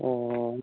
ꯑꯣ